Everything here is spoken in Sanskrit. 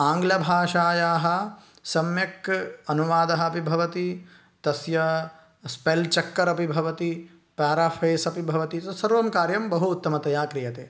आङ्ग्लभाषायाः सम्यक् अनुवादः अपि भवति तस्य स्पेल् चक्कर् अपि भवति प्याराफ़ेस् अपि भवति तत् सर्वं कार्यं बहु उत्तमतया क्रियते